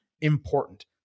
important